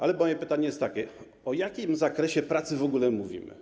Ale moje pytanie jest takie: O jakim zakresie pracy w ogóle mówimy?